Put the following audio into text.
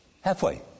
halfway